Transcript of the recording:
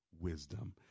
wisdom